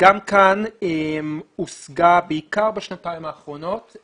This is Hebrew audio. גם כאן הושגה, בעיקר בשנתיים האחרונות,